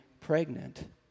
pregnant